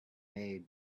made